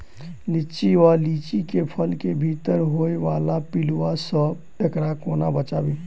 लिच्ची वा लीची केँ फल केँ भीतर होइ वला पिलुआ सऽ एकरा कोना बचाबी?